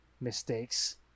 mistakes